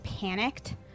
panicked